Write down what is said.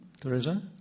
teresa